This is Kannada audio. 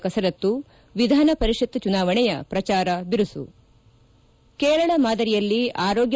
ಕಸರತ್ತು ವಿಧಾನ ಪರಿಷತ್ ಚುನಾವಣೆಯ ಪ್ರಚಾರ ಬಿರುಸು ಕೇರಳ ಮಾದರಿಯಲ್ಲಿ ಆರೋಗ್ಯ